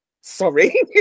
sorry